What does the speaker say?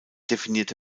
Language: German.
definierte